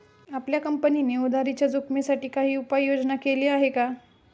आपल्या कंपनीने उधारीच्या जोखिमीसाठी काही उपाययोजना केली आहे का?